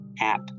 app